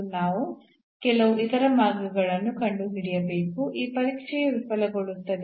ಈಗ ನಾವು ಈ delta phi ನ ಚಿಹ್ನೆಯನ್ನು ಹೇಗೆ ಗುರುತಿಸುವುದು ಎಂಬುದನ್ನು ಚರ್ಚಿಸುತ್ತೇವೆ